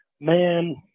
Man